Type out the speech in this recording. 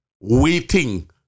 waiting